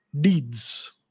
deeds